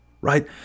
right